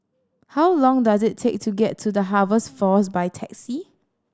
how long does it take to get to The Harvest Force by taxi